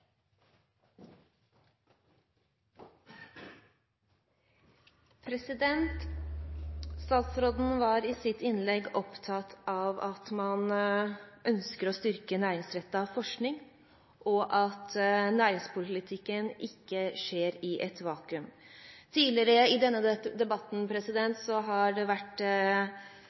Statsråden var i sitt innlegg opptatt av at man ønsker å styrke næringsrettet forskning, og at næringspolitikken ikke skjer i et vakuum. Tidligere i denne debatten har dette med at regjeringen har valgt å kutte støtten til COSME i neste års budsjett, vært